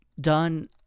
done